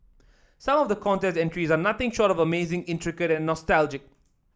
some of the contest entries are nothing short of amazing intricate and nostalgic